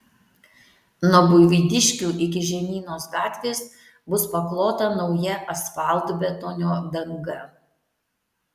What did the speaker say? nuo buivydiškių iki žemynos gatvės bus paklota nauja asfaltbetonio danga